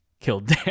killed